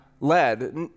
led